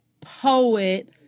poet